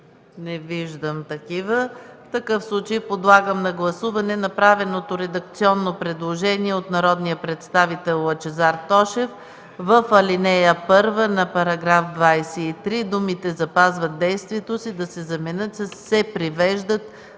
Няма. В такъв случай подлагам на гласуване направеното редакционно предложение от народния представител Лъчезар Тошев в ал. 1 на § 23 думите „запазват действието си”, да се заменят със „се привеждат